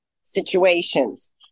situations